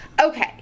Okay